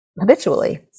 habitually